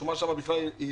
השומה שם לפי